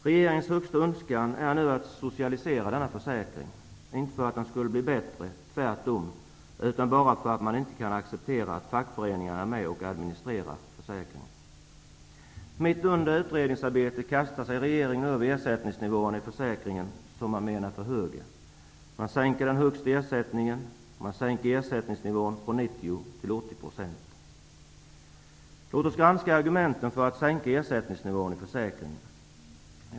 Regeringens högsta önskan är nu att ''socialisera'' denna försäkring, inte för att den då skulle bli bättre, tvärtom, utan bara för att man inte kan acceptera att fackföreningen är med och administrerar försäkringen. Mitt under utredningsarbetet kastar sig regeringen över ersättningsnivåerna i försäkringen, som man menar är för höga. Man sänker den högsta ersättningen, och ersättningsnivån sänks från 90 till Låt oss granska argumenten för att sänka ersättningsnivån i försäkringen.